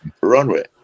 runway